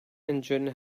engine